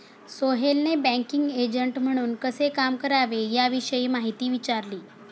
सोहेलने banking agent म्हणून कसे काम करावे याविषयी माहिती विचारली